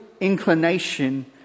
inclination